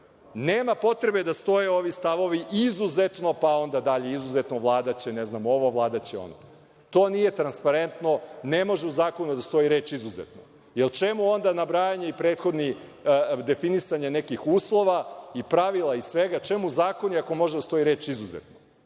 Nema potrebe da stoje ovi stavovi izuzetno, pa dalje izuzetno Vlada će ovo, Vlada ono. To nije transparentno. Ne može u zakonu da stoji reč izuzetno. Čemu onda nabrajanje i prethodni definisanje uslova i pravila svega, čemu zakoni ako može da stoji reč izuzetno?